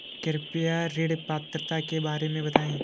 कृपया ऋण पात्रता के बारे में बताएँ?